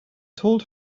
told